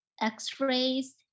x-rays